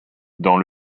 dans